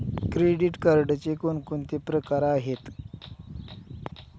Credit कार्डचे कोणकोणते प्रकार आहेत?